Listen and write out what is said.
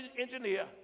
engineer